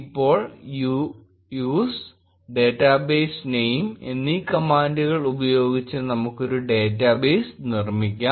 ഇപ്പോൾ use database name എന്നീ കമാൻഡുകൾ ഉപയോഗിച്ച് നമുക്കൊരു ഡേറ്റാബേസ് നിർമിക്കാം